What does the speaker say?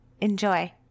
Enjoy